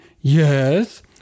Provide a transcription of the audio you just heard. Yes